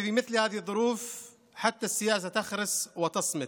בנסיבות כמו אלו אפילו הפוליטיקה שותקת ואילמת.